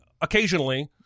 occasionally